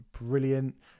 brilliant